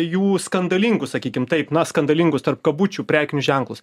jų skandalingus sakykim taip na skandalingus tarp kabučių prekinius ženklus